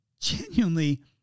genuinely